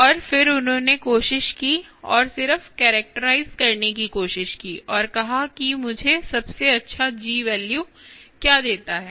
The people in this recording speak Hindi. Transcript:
और फिर उन्होंने कोशिश की और सिर्फ कैरेक्टराइज़ करने की कोशिश की और कहा कि मुझे सबसे अच्छा G वैल्यू क्या देता है